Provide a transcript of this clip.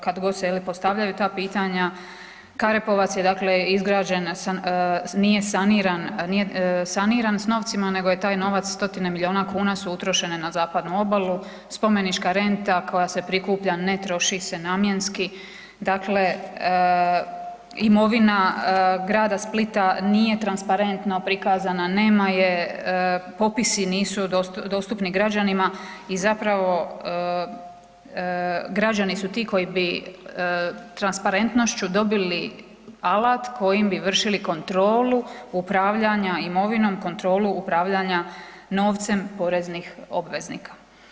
Kad god se, je li postavljaju ta pitanja, Karepovac je dakle izgrađena, nije saniran, nije saniran s novcima nego je taj novac, stotine milijuna kuna su utrošene na zapadnu obalu, spomenička renta koja se prikuplja ne troši se namjenski, dakle imovina grada Splita nije transparentno prikazana, nema je, popisi nisu dostupni građanima i zapravo građani su ti koji bi transparentnošću dobili alat kojim bi vršili kontrolu upravljanja imovinom, kontrolu upravljanja novcem poreznih obveznika.